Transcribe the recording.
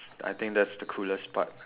I think that's the coolest part